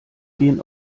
gehen